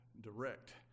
direct